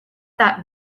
that